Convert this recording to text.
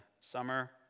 summer